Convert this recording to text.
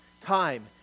time